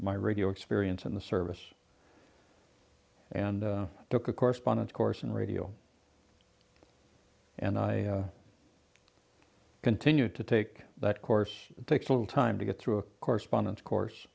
my radio experience in the service and took a correspondence course in radio and i continued to take that course takes a little time to get through a correspondence course